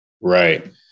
Right